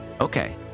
Okay